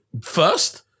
first